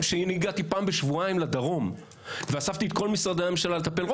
אני הגעתי פעם בשבועיים לדרום ואספתי את כל משרדי הממשלה כדי לטפל,